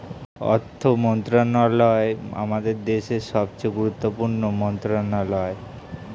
অর্থ মন্ত্রণালয় আমাদের দেশের সবচেয়ে গুরুত্বপূর্ণ মন্ত্রণালয়